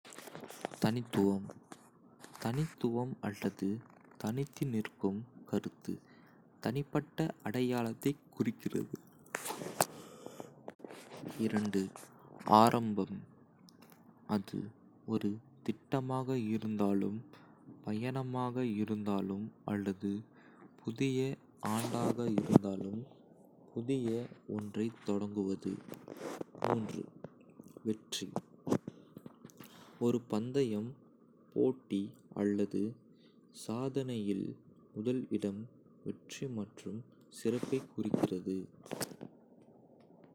தனித்துவம் தனித்துவம் அல்லது தனித்து நிற்கும் கருத்து, தனிப்பட்ட அடையாளத்தைக் குறிக்கிறது. ஆரம்பம் அது ஒரு திட்டமாக இருந்தாலும், பயணமாக இருந்தாலும் அல்லது புதிய ஆண்டாக இருந்தாலும், புதிதாக ஒன்றைத் தொடங்குவது. வெற்றி ஒரு பந்தயம், போட்டி அல்லது சாதனையில் முதல் இடம், வெற்றி மற்றும் சிறப்பைக் குறிக்கிறது.